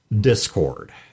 Discord